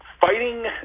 fighting